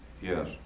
Yes